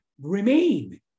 remain